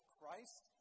Christ